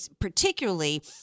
particularly